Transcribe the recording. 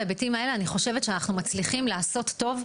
בהיבטים האלה אני חושבת שאנחנו מצליחים לעשות טוב,